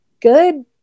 good